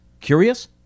Curious